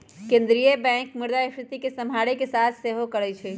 केंद्रीय बैंक मुद्रास्फीति के सम्हारे के काज सेहो करइ छइ